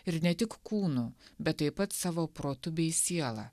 ir ne tik kūnu bet taip pat savo protu bei siela